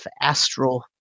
astral